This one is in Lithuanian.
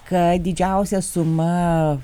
kad didžiausia suma